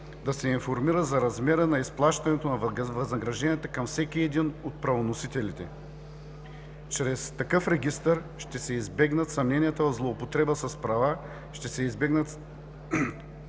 да се информира за размера на изплащането на възнагражденията към всеки един от правоносителите. Чрез такъв регистър ще се избегнат съмненията за злоупотреба с права от страна